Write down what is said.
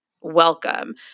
welcome